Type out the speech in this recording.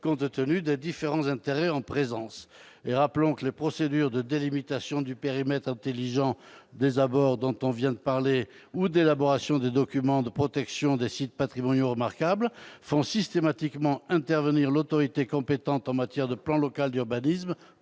compte tenu des différents intérêts en présence. Rappelons que les procédures de délimitation du périmètre intelligent des abords ou d'élaboration des documents de protection des sites patrimoniaux remarquables font systématiquement intervenir l'autorité compétente en matière de plan local d'urbanisme